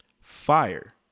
Fire